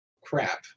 crap